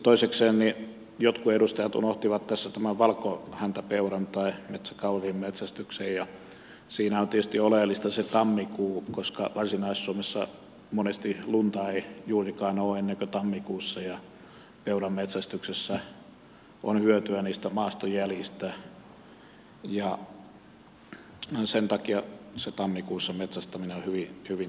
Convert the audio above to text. sitten toisekseen jotkut edustajat unohtivat tässä tämän valkohäntäpeuran tai metsäkauriin metsästyksen ja siinä on tietysti oleellista se tammikuu koska varsinais suomessa monesti lunta ei juurikaan ole ennen kuin tammikuussa ja peuranmetsästyksessä on hyötyä niistä maastojäljistä ja sen takia se tammikuussa metsästämisen salliminen on hyvin toivottavaa